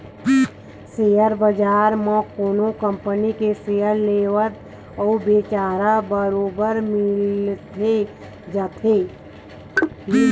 share बजार म कोनो कंपनी के सेयर लेवाल अउ बेचहार बरोबर मिली जाथे